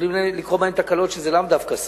יכולות לקרות בהם תקלות שהן לאו דווקא שרפה.